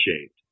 shaped